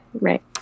right